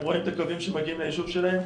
הם רואים את הקווים שמגיעים ליישוב שלהם,